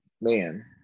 Man